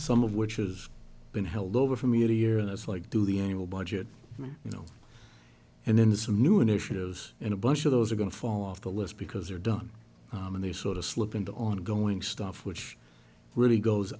some of which has been held over for me a year and it's like do the annual budget you know and then some new initiatives and a bunch of those are going to fall off the list because they're done and they sort of slip into ongoing stuff which really goes